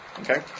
Okay